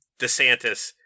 DeSantis